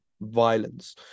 violence